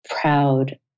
proud